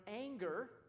anger